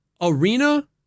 Arena